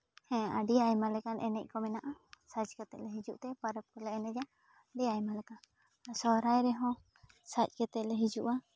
ᱦᱮᱸ ᱟᱹᱰᱤ ᱟᱭᱢᱟ ᱞᱮᱠᱟᱱ ᱮᱱᱮᱡ ᱠᱚ ᱢᱮᱱᱟᱜᱼᱟ ᱥᱟᱡᱽ ᱠᱟᱛᱮᱫ ᱞᱮ ᱦᱤᱡᱩᱜ ᱛᱮ ᱯᱚᱨᱚᱵᱽ ᱠᱚᱞᱮ ᱮᱱᱮᱡᱟ ᱟᱹᱰᱤ ᱟᱭᱢᱟ ᱞᱮᱠᱟ ᱥᱚᱦᱨᱟᱭ ᱨᱮᱦᱚᱸ ᱥᱟᱡᱽ ᱠᱟᱛᱮᱞᱮ ᱦᱤᱡᱩᱜᱼᱟ